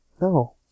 No